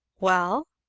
well?